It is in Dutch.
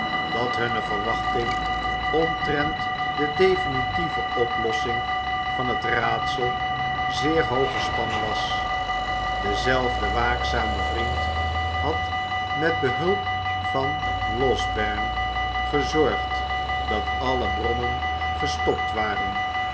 dat hunne verwachting omtrent de definitieve oplossing van het raadsel zeer hoog gespannen was dezelfde waakzame vriend had met behulp van losbeme gezorgd dat alle bronnen gestopt waren